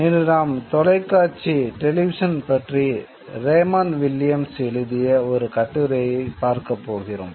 இன்று நாம் தொலைக்காட்சி பற்றி ரேமண்ட் வில்லியம்ஸ் எழுதிய ஒரு கட்டுரையை பார்க்கப் போகிறோம்